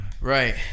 Right